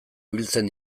biltzen